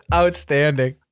outstanding